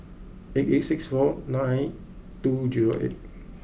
eight eight six four night two zero eight